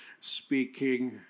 speaking